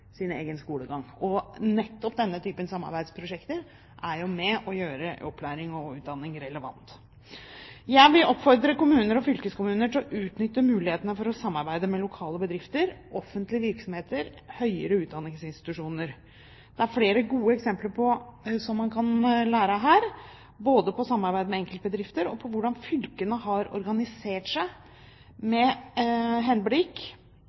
sin egen skolegang, og nettopp denne typen samarbeidsprosjekter er med på å gjøre opplæring og utdanning relevant. Jeg vil oppfordre kommuner og fylkeskommuner til å utnytte mulighetene for å samarbeide med lokale bedrifter, offentlige virksomheter, høyere utdanningsinstitusjoner. Det er flere gode eksempler man kan lære av her, både på samarbeid med enkeltbedrifter og på hvordan fylker har organisert seg med henblikk